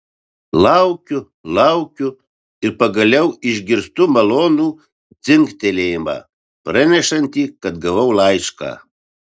laukiu laukiu ir pagaliau išgirstu malonų dzingtelėjimą pranešantį kad gavau laišką